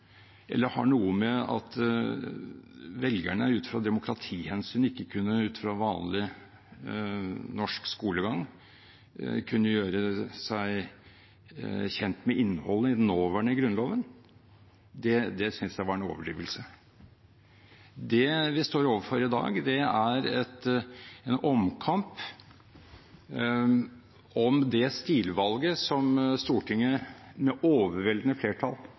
eller har noe å gjøre med at velgerne ut fra demokratihensyn ikke – ut fra vanlig norsk skolegang – kunne gjøre seg kjent med innholdet i den nåværende Grunnloven, det synes jeg var en overdrivelse. Det vi står overfor i dag, er en omkamp om det stilvalget som Stortinget for fire år siden med overveldende flertall